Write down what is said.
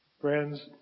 Friends